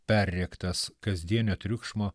perrėktas kasdienio triukšmo